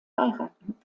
heiraten